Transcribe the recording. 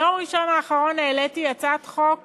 ביום ראשון האחרון העליתי הצעת חוק